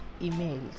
emails